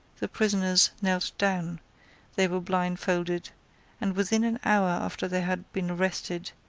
the prisoners knelt down they were blindfolded and within an hour after they had been arrested,